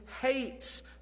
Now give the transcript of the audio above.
hates